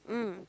mm